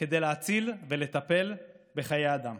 כדי להציל חיי אדם ולטפל בהם.